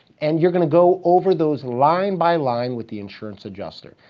and you're gonna go over those line by line with the insurance adjuster.